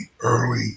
early